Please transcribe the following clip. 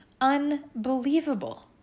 unbelievable